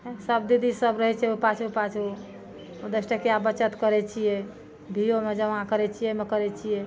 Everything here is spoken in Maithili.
एँ सब दीदी सब रहै छै ओ पाछू पाछू ओ दस टकिया बचत करै छियै बीओमे जमा करै छियै ओहिमे करै छियै